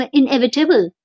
inevitable